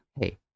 Hey